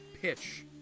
pitch